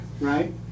right